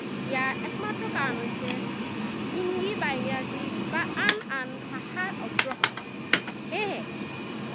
ইয়াৰ একমাত্ৰ কাৰণ হৈছে হিন্দী বা ইংৰাজী বা আন আন ভাষাৰ আগ্ৰাসন